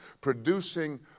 producing